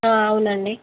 అవునండి